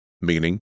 meaning